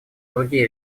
другие